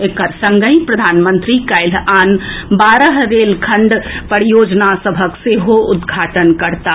एकर संगहि प्रधानमंत्री काल्हि आन बारह रेल परियोजना सभक सेहो उद्घाटन करताह